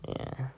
ya